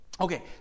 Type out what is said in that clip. okay